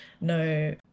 no